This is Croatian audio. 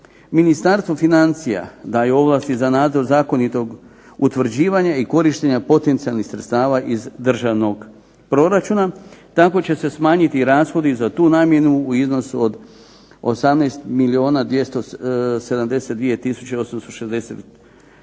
Ministarstvo financija daje ovlasti za nadzor zakonitog utvrđivanja i korištenja potencijalnih sredstava iz državnog proračuna. Tako će se smanjiti rashodi za tu namjenu u iznosu od 18272816 kuna